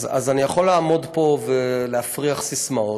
אז אני יכול לעמוד פה ולהפריח ססמאות,